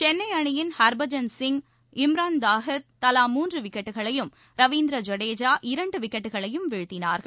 சென்னைஅணியின் ஹர்பஜன்சிங் இம்ரான் தாஹித் தவா மூன்றுவிக்கெட்டுகளையும் ரவீந்திர ஐடேஜா இரண்டுவிக்கெட்டுகளையும் வீழ்த்தினார்கள்